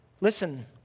listen